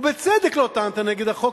ובצדק לא טענת נגד החוק,